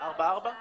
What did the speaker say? ארבעה מהאוצר,